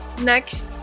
next